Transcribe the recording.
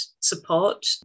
support